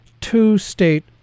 two-state